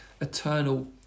eternal